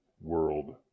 world